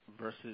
versus